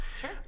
Sure